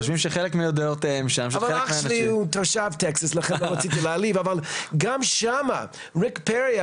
גם שם, ריק פרי,